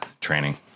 training